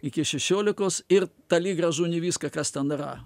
iki šešiolikos ir tali gražu ne viską kas ten yra